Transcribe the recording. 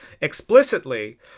explicitly